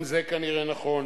גם זה כנראה נכון.